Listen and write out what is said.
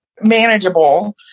manageable